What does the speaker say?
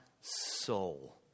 soul